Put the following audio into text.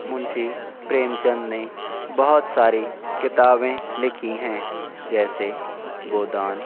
منشی پریم چند نے بہت ساری کتابیں لکھی ہیں جیسے گؤدان